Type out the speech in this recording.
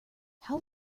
how